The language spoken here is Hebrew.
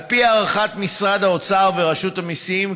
2. על פי הערכת משרד האוצר ורשות המיסים,